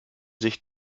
sich